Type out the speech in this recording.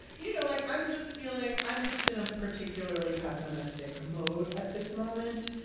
you know, like, i'm just feeling i'm just in a particularly pessimistic mode at this moment.